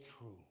true